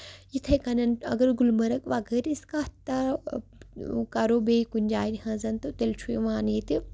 یِتھٕے کَنۍ اَگر گُلمَرٕگ وَغٲرٕ أسۍ کَتھ کَرو بیٚیہِ کُنہِ جایہِ ہٕنٛز تہٕ تیٚلہِ چھُ یِوان ییٚتہِ